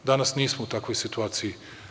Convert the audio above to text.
Danas nismo u takvoj situaciji.